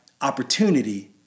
opportunity